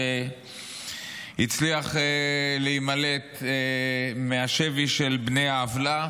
שהצליח להימלט מהשבי של בני העוולה